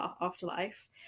afterlife